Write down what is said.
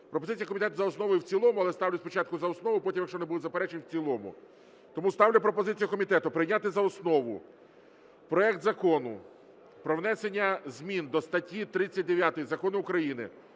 Пропозиція комітету – за основу і в цілому. Але ставлю спочатку за основу, потім, якщо не буде заперечень, – в цілому. Тому ставлю пропозицію комітету прийняти за основу проект Закону про внесення змін до статті 39 Закону України